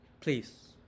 please